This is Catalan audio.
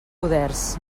poders